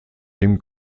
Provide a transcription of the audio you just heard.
dem